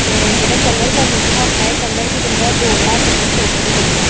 ते जेह्ड़े कलर करने तुस आक्खा दे कलर वी तुं'दा दो ज्हार पच्ची सौ धोड़ी लग्गना ऐ